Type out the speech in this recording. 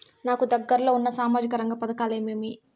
నాకు దగ్గర లో ఉన్న సామాజిక రంగ పథకాలు ఏమేమీ?